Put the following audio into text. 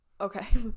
Okay